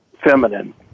Feminine